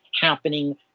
happening